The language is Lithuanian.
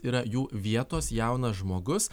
yra jų vietos jaunas žmogus